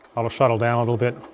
i'll shuttle down a little bit.